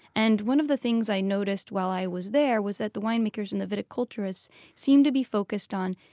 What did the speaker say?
and one of the things i noticed while i was there, was that the winemakers and the viticulturists seem to be focused on,